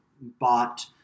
bought